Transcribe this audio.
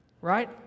right